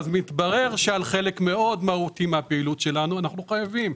אבל אז מתברר שעל חלק מאוד מהותי מהפעילות שלנו אנחנו חייבים.